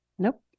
Nope